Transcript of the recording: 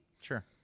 sure